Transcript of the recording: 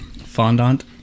fondant